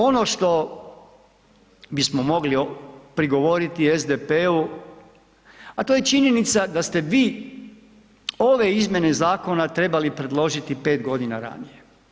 Ono što bismo mogli prigovoriti SDP-u, a to je činjenica da ste vi ove izmjene zakona trebali preložiti 5 godina ranije.